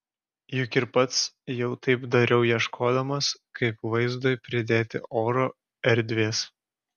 juk ir pats jau taip dariau ieškodamas kaip vaizdui pridėti oro erdvės